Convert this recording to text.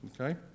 Okay